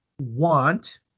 want